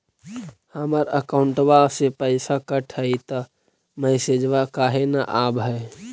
हमर अकौंटवा से पैसा कट हई त मैसेजवा काहे न आव है?